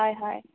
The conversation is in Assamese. হয় হয়